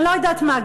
אני לא יודעת מה,